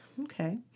Okay